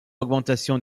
augmentation